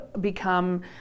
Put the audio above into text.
become